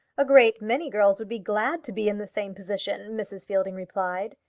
a great many girls would be glad to be in the same position, mrs. fielding replied.